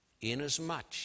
Inasmuch